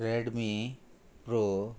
Redmi pro